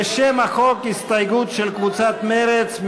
לשם החוק, הסתייגות של קבוצת סיעת מרצ.